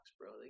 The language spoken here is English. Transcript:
bro